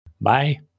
Bye